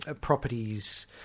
properties